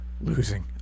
Losing